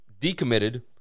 decommitted